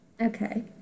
Okay